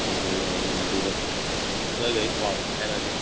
ꯍꯣꯏ ꯍꯣꯏ ꯌꯥꯏꯌꯦ ꯑꯗꯨꯒ ꯈꯔ ꯂꯩꯔꯒ ꯄꯥꯎ ꯍꯥꯏꯔꯛꯑꯒꯦ